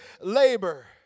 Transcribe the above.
labor